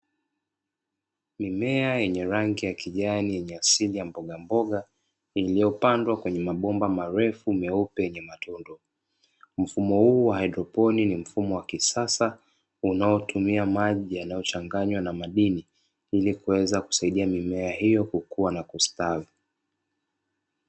Mimea yenye rangi ya kijani yenye asili ya mbogamboga iliyopandwa kwenye mabomba marefu meupe yenye matundu. Mfumo huu wa haidroponi ni mfumo wa kisasa unaotumia maji yanayochanganywa na madini ili kuweza kusaidia mimea hiyo kukuwa na kustawi.